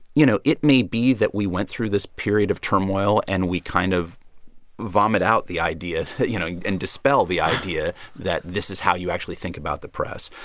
you know, it may be that we went through this period of turmoil and we kind of vomit out the idea, you know, and dispel the idea that this is how you actually think about the press.